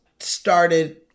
Started